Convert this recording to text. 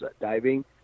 diving